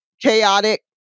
chaotic